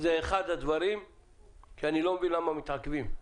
זה אחד הדברים שאני לא מבין למה מתעכבים.